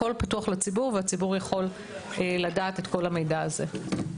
הכול פתוח לציבור והציבור יכול לדעת את כל המידע הזה.